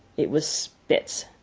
it was spitz,